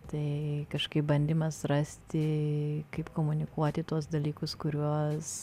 tai kažkaip bandymas rasti kaip komunikuoti tuos dalykus kuriuos